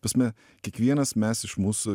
prasme kiekvienas mes iš mūsų